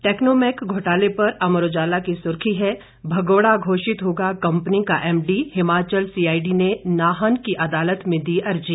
Technomac घोटाले पर अमर उजाला की सुर्खी है भगोड़ा घोषित होगा कंपनी का एमडी हिमाचल सीआईडी ने नाहन की अदालत में दी अर्जी